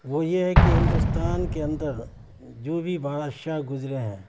وہ یہ ہے کہ ہندوستان کے اندر جو بھی بادشاہ گزرے ہیں